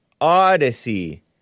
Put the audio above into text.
Odyssey